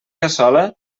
cassola